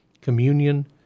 communion